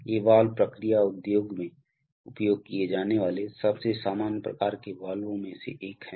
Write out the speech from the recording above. ये वाल्व प्रक्रिया उद्योग में उपयोग किए जाने वाले सबसे सामान्य प्रकार के वाल्वों में से एक हैं